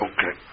Okay